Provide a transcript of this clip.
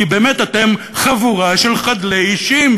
כי באמת אתם חבורה של חדלי אישים,